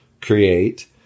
create